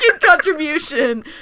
contribution